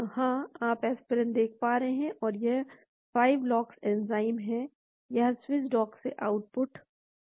हाँ आप यहां एस्पिरिन देख सकते हैं और यह 5 लॉक्स एंजाइम है यह स्विस डॉक से आउटपुट है